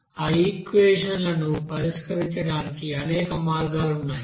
ఆ ఈక్వెషన్ లను పరిష్కరించడానికి అనేక మార్గాలు ఉన్నాయి